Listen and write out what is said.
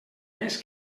més